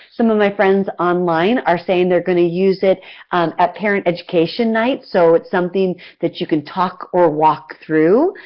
some of my friends online are saying that they are going to use it um at parent education night, so it's something that you can talk or walk through.